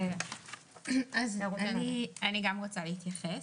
אני גם רוצה להתייחס.